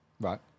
Right